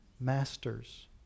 Masters